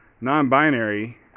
non-binary